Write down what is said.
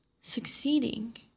succeeding